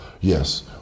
Yes